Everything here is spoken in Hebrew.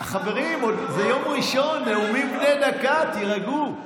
חברים, זה היום הראשון, נאומים בני דקה, תירגעו.